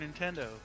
Nintendo